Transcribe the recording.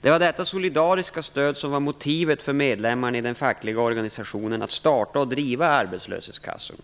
Det var detta solidariska stöd som var motivet för medlemmarna i den fackliga organisationen att starta och driva arbetslöshetskassorna.